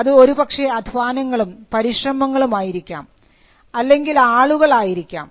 അത് ഒരുപക്ഷേ അധ്വാനങ്ങളും പരിശ്രമങ്ങളും ആയിരിക്കാം അല്ലെങ്കിൽ ആളുകൾ ആയിരിക്കാം